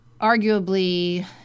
arguably